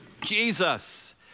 Jesus